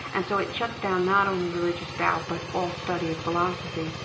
and so it shuts down not only religious doubt but all study of philosophy.